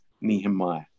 Nehemiah